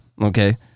Okay